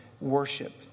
worship